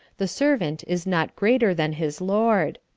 the servant is not greater than his lord.